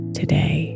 today